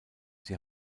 sie